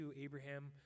Abraham